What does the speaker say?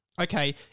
Okay